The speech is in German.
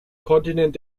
kontinent